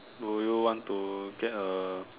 will you want to get a